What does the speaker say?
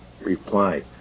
reply